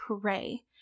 Pray